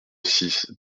six